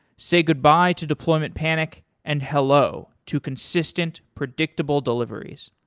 say goodbye to deployment panic and hello to consistent predictable deliveries.